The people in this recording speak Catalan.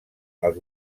als